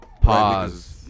Pause